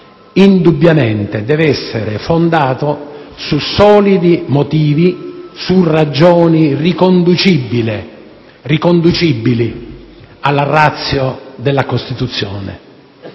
indubbiamente deve essere fondato su solidi motivi, su ragioni riconducibili alla *ratio* della Costituzione.